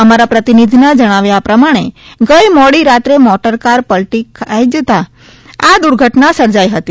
અમારા પ્રતિનિધિના જણાવ્યા પ્રમાણે ગઈ મોડીરાતે મોટરકાર ા લટી ખાઈ જતા આ દુર્ઘટના સર્જાઈ હતી